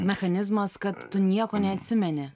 mechanizmas kad tu nieko neatsimeni